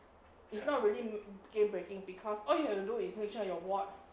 it's not really game breaking because all you have to do is make sure your ward